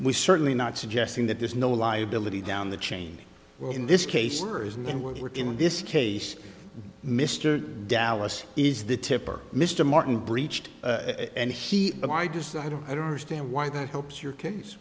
we certainly not suggesting that there's no liability down the chain well in this case there is and were in this case mr dallas is the tipper mr martin breached and he and i just i don't i don't understand why that helps your case